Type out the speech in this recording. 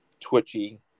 Twitchy